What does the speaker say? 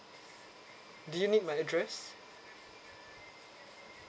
do you need my address